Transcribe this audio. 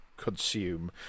Consume